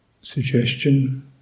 suggestion